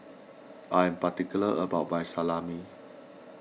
I am particular about my Salami